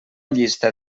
llista